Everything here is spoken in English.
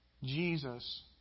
Jesus